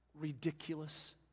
ridiculous